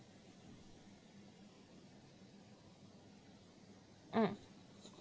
um